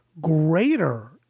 greater